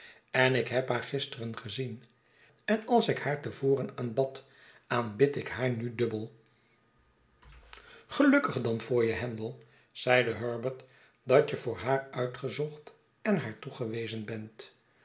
en ik heb haar gisteren gezien en als ik haar te voren aanbad aanbid ik haar nu dubbel gelukkig dan voor je handel zeide herbert dat je voor haar uitgezocht en haartoegewezen bent